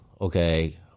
okay